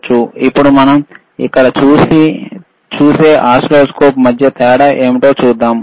ఇప్పుడు మనం ఇక్కడ చూస్తున్న ఓసిల్లోస్కోప్ ల మధ్య తేడా ఏమిటో చూద్దాం